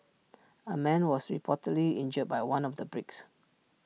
A man was reportedly injured by one of the bricks